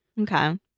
Okay